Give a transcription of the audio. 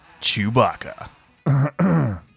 Chewbacca